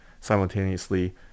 simultaneously